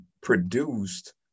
produced